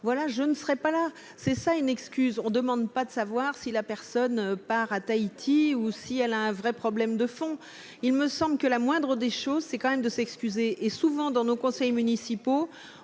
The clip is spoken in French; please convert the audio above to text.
voilà, je ne serais pas là, c'est ça une excuse, on demande pas de savoir si la personne à Tahiti ou si elle a un vrai problème de fond, il me semble que la moindre des choses, c'est quand même de s'excuser et souvent dans nos conseils municipaux,